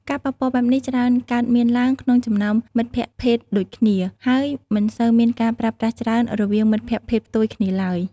ការប៉ះពាល់បែបនេះច្រើនកើតមានឡើងក្នុងចំណោមមិត្តភក្តិភេទដូចគ្នា ហើយមិនសូវមានការប្រើប្រាស់ច្រើនរវាងមិត្តភក្តិភេទផ្ទុយគ្នាឡើយ។